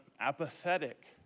apathetic